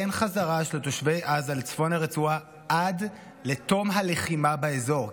אין חזרה של תושבי עזה לצפון הרצועה עד לתום הלחימה באזור,